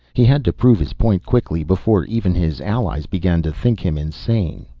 he had to prove his point quickly, before even his allies began to think him insane.